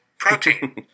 Protein